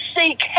seek